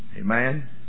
Amen